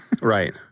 Right